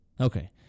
Okay